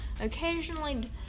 occasionally